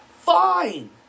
Fine